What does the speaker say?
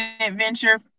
adventure